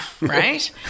right